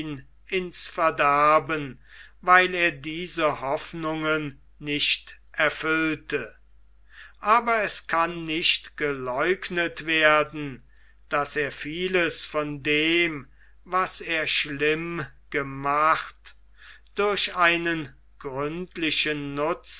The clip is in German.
ins verderben weil er diese hoffnungen nicht erfüllte aber es kann nicht geleugnet werden daß er vieles von dem was er schlimm gemacht durch einen gründlichen nutzen